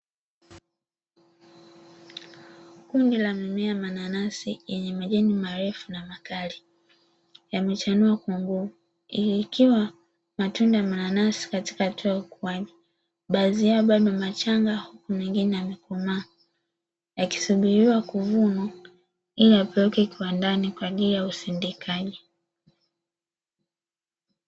Kundi la mimea mananasi yenye majani marefu na makali, yamechanua kwa nguvu ili ikiwa matunda ya mananasi katika hatua ya ukuaji. Baadhi yao bado machanga huku mengine yamekomaa, yakisubiriwa kuvunwa ili yapelekwe kiwandani kwa ajili ya usindikaji.